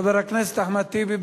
חבר הכנסת אחמד טיבי,